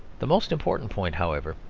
the most important point, however,